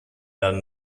done